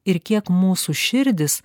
ir kiek mūsų širdys